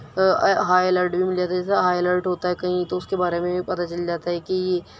high alert بھی مل جاتا ہے جیسے ہائی الرٹ ہوتا ہے کہیں تو اس کے بارے میں بھی پتہ چل جاتا ہے کہ